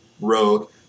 Rogue